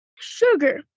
Sugar